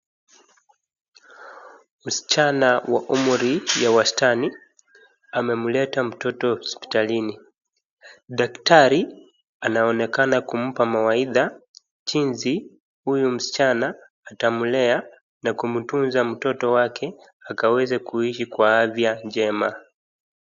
Msichana wa umri ya wastani amemleta mtoto hospitalini. Daktari anaonekana kumpa mwaidha jinsi huyu msichana atamlea na kumtunza mtoto wake akaweze kuishi kwa afya njema.